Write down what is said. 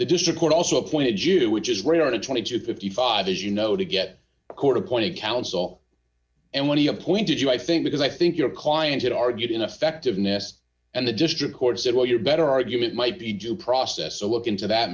the district court also pointed you to which is where the twenty to fifty five is you know to get a court appointed counsel and when he appointed you i think because i think your client had argued ineffectiveness and the district court said well you're better argument might be due process so look into that